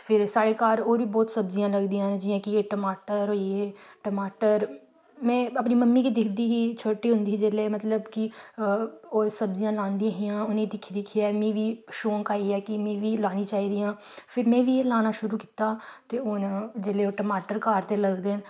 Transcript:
फेर साढ़े घर होर बी बोह्त सब्जियां लगदियां न जि'यां कि एह् टमाटर होई गे टमाटर में अपनी मम्मी गी दिक्खदी ही छोटी होंदी ही जेल्लै मतलब कि ओह् सब्जियां लांदियां हियां उ'नेंगी दिक्खी दिक्खियै मी बी शौक आई गेआ कि मी बी लानी चाह्दियां फिर में बी एह् लाना शुरू कीता ते हून जेल्लै ओह् टमाटर घर दे लगदे न